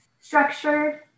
structured